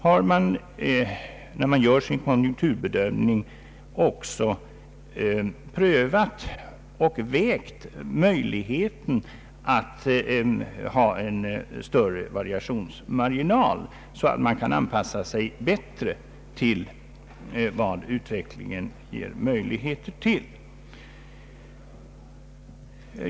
Har man, när man gjort sin konjunkturbedömning, också prövat och vägt möjligheten att hålla en större variationsmarginal, så att man bättre kan anpassa sig efter vad utvecklingen ger möjligheter till?